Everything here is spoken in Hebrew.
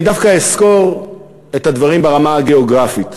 אני אסקור את הדברים ברמה הגיאוגרפית,